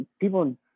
people